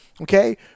Okay